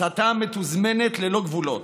הסתה מתוזמנת ללא גבולות.